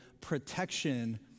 protection